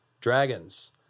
dragons